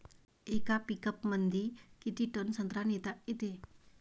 येका पिकअपमंदी किती टन संत्रा नेता येते?